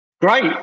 great